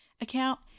account